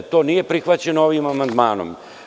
To nije prihvaćeno ovim amandmanom.